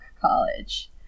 college